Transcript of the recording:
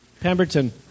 Pemberton